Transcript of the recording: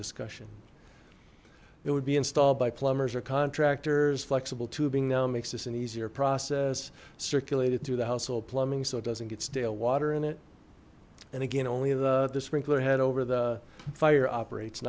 discussion it would be installed by plumbers or contractors flexible tubing now makes this an easier process circulate it through the household plumbing so it doesn't get stale water in it and again only the the sprinkler head over the fire operates